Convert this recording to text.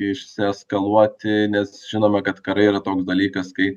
išsieskaluoti nes žinome kad karai yra toks dalykas kai